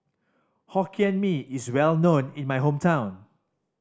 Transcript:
Hokkien Mee is well known in my hometown